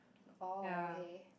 oh okay